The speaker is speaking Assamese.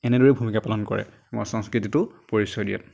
এনেদৰেই ভূমিকা পালন কৰে আমাৰ সংস্কৃতিটো পৰিচয় দিয়াত